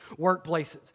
workplaces